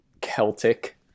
Celtic